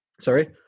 Sorry